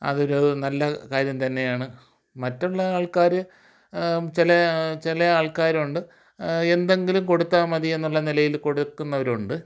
അതൊരു നല്ല കാര്യം തന്നെയാണ് മറ്റുള്ള ആൾക്കാർ ചില ചില ആൾക്കാരുണ്ട് എന്തെങ്കിലും കൊടുത്താൽ മതിയെന്നുള്ള നിലയിൽ കൊടുക്കുന്നവരുണ്ട്